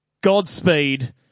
Godspeed